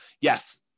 yes